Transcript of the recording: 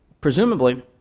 presumably